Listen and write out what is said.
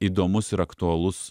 įdomus ir aktualus